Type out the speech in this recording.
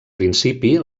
principi